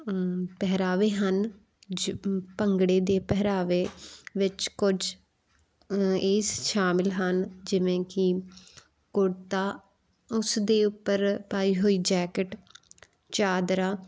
ਪਹਿਰਾਵੇ ਹਨ ਜਿ ਭੰਗੜੇ ਦੇ ਪਹਿਰਾਵੇ ਵਿੱਚ ਕੁਝ ਇਸ ਸ਼ਾਮਿਲ ਹਨ ਜਿਵੇਂ ਕਿ ਕੁੜਤਾ ਉਸ ਦੇ ਉੱਪਰ ਪਾਈ ਹੋਈ ਜੈਕਟ ਚਾਦਰਾ